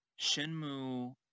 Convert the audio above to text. Shenmue